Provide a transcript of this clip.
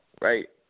right